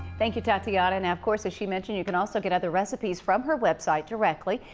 thank you, tatiana. now, of course as she mentioned, you can also get other recipes from her web site directly.